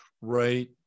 right